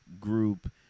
group